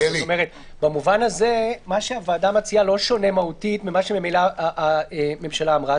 במובן הזה מה שהוועדה מציעה לא שונה מהותית ממה שממילא הממשלה אמרה.